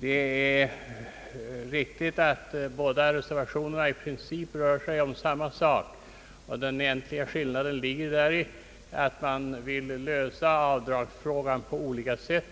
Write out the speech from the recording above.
Det är riktigt att de båda reservationerna i princip rör samma sak. Den egentliga skillnaden ligger däri, att man vill lösa avdragsfrågan på olika sätt.